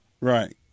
Right